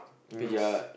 base